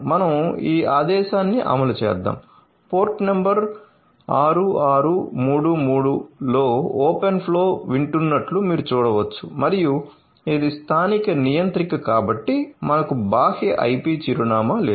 మనం ఈ ఆదేశాన్ని అమలు చేద్దాం పోర్ట్ నంబర్ 6633 లో ఓపెన్ ఫ్లో వింటున్నట్లు మీరు చూడవచ్చు మరియు ఇది స్థానిక నియంత్రిక కాబట్టి మనకు బాహ్య IP చిరునామా లేదు